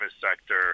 sector